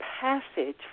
passage